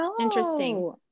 Interesting